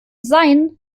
sein